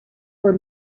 were